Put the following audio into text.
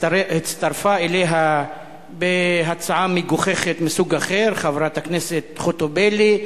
הצטרפה אליה בהצעה מגוחכת מסוג אחר חברת הכנסת חוטובלי,